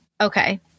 Okay